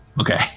Okay